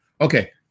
Okay